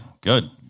Good